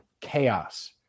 chaos